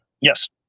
Yes